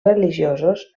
religiosos